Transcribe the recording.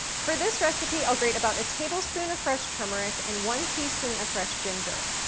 for this recipe i'll grate about a tablespoon of fresh turmeric and one teaspoon of fresh ginger.